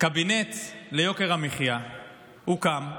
קבינט ליוקר המחיה הוקם.